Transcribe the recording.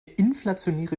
inflationäre